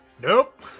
Nope